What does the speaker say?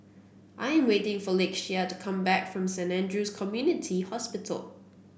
I am waiting for Lakeshia to come back from Saint Andrew's Community Hospital